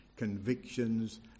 convictions